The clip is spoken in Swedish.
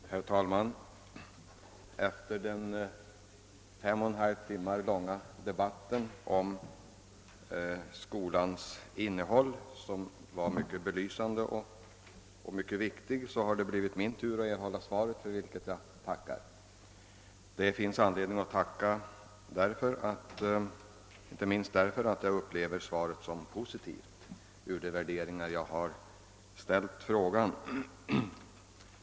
Herr talman! Efter den fem och en halv timmar långa och upplysande debatten om skolans innehåll, har det blivit min tur att erhålla svar på min interpellation för vilket jag tackar. Det finns anledning för mig att tacka, inte minst därför att jag uppfattar svaret som positivt från den utgångspunkt jag haft för min fråga.